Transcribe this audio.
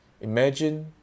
Imagine